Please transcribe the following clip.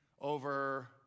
over